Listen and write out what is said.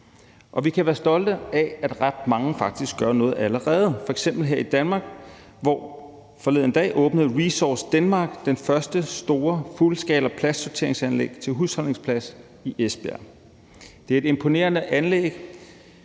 EU. Vi kan være stolte af, at ret mange faktisk gør noget allerede, f.eks. her i Danmark, hvor Resource Denmark forleden dag åbnede det første store fuldskalaplastsorteringsanlæg til husholdningsplast i Esbjerg. Det er et imponerende anlæg,